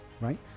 right